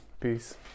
peace